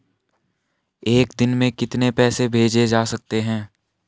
एक दिन में कितने पैसे भेजे जा सकते हैं?